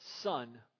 Son